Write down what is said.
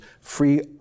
free